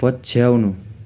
पछ्याउनु